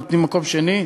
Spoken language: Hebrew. נותנים למקום שני,